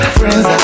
friends